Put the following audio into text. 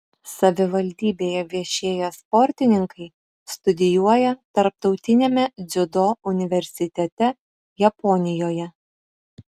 savivaldybėje viešėję sportininkai studijuoja tarptautiniame dziudo universitete japonijoje